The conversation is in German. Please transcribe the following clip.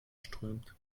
strömt